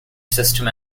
system